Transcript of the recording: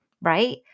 right